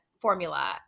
formula